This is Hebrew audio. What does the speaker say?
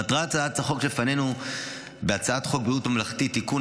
מטרת הצעת חוק שלפנינו בהצעת חוק בריאות ממלכתי (תיקון,